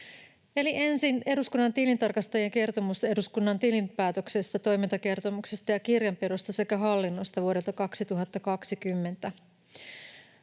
ensin eduskunnan tilintarkastajien kertomus eduskunnan tilinpäätöksestä, toimintakertomuksesta ja kirjanpidosta sekä hallinnosta vuodelta 2020: